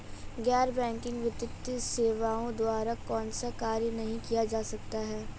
गैर बैंकिंग वित्तीय सेवाओं द्वारा कौनसे कार्य नहीं किए जा सकते हैं?